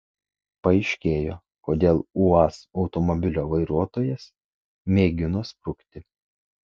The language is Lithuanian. paaiškėjo kodėl uaz automobilio vairuotojas mėgino sprukti